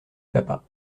papa